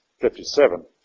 57